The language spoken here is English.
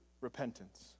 repentance